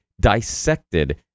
dissected